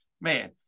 man